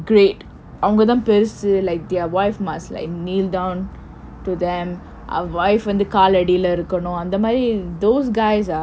great அவங்க தான் பெருச:avangka thaan perusu like their wife must like kneel down to them அவங்க:avangka wife வந்து கால் அடில இருக்கணும் அந்த மாதிரி:vandthu kaal adila irukkanum andtha maathiri those guys are